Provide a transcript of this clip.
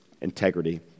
integrity